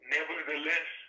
Nevertheless